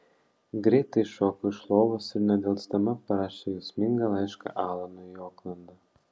greitai šoko iš lovos ir nedelsdama parašė jausmingą laišką alanui į oklandą